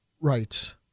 rights